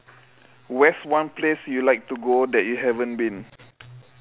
where's one place you like to go that you haven't been